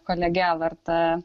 kolege lrt